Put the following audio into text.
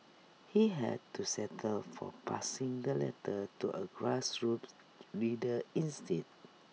he had to settle for passing the letter to A grassroops leader instead